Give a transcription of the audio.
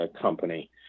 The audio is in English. company